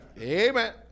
amen